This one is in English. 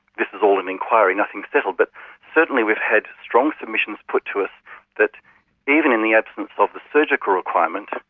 this is all an inquiry, nothing's settled, but certainly we've had strong submissions put to us that even in the absence of the surgical requirements,